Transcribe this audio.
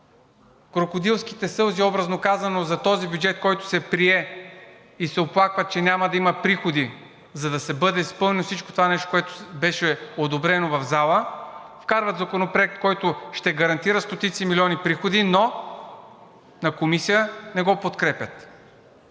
крокодилските сълзи, образно казано, за този бюджет, който се прие, и се оплакват, че няма да има приходи, за да бъде изпълнено всичкото това нещо, което беше одобрено в залата, вкарват законопроект, който ще гарантира стотици милиони приходи, но в Комисията не го подкрепят.